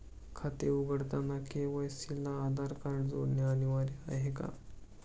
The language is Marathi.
खाते उघडताना के.वाय.सी ला आधार कार्ड जोडणे अनिवार्य आहे का?